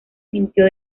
sintió